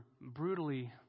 brutally